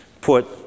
put